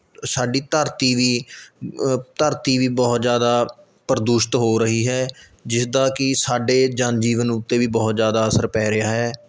ਸਾਡੀ ਧਰਤੀ ਵੀ ਧਰਤੀ ਵੀ ਬਹੁਤ ਜ਼ਿਆਦਾ ਪ੍ਰਦੂਸ਼ਿਤ ਹੋ ਰਹੀ ਹੈ ਜਿਸਦਾ ਕਿ ਸਾਡੇ ਜਨ ਜੀਵਨ ਉੱਤੇ ਵੀ ਬਹੁਤ ਜ਼ਿਆਦਾ ਅਸਰ ਪੈ ਰਿਹਾ ਹੈ